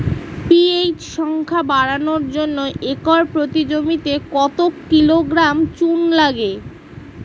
PH সংখ্যা বাড়ানোর জন্য একর প্রতি জমিতে কত কিলোগ্রাম চুন লাগে?